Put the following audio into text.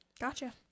Gotcha